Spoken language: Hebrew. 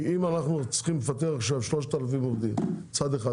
כי אם אנחנו צריכים לפטר עכשיו כ-3,000 מצד אחד,